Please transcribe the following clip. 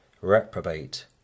reprobate